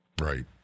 Right